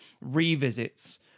revisits